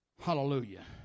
Hallelujah